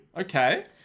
Okay